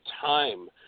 time